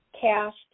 cash